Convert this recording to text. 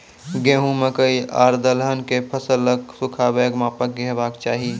गेहूँ, मकई आर दलहन के फसलक सुखाबैक मापक की हेवाक चाही?